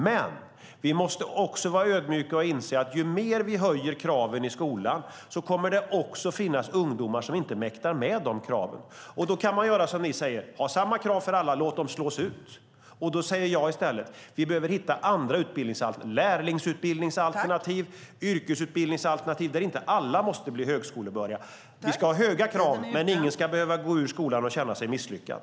Men vi måste också vara ödmjuka och inse att när vi höjer kraven i skolan kommer det också att finnas ungdomar som inte mäktar med de kraven. Då kan man göra som ni säger, det vill säga ha samma krav för alla och låta dem slås ut. Jag säger i stället att vi behöver hitta andra utbildningsalternativ, till exempel lärlingsutbildningar och yrkesutbildningar, där inte alla måste bli högskolebehöriga. Vi ska ha höga krav, men ingen ska behöva gå ut skolan och känna sig misslyckad.